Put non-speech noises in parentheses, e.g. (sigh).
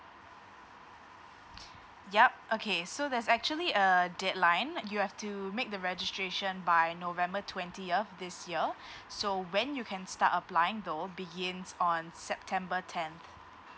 yup okay so there's actually a deadline you have to make the registration by november twentieth this year (breath) so when you can start applying though begins on september tenth